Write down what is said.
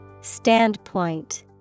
Standpoint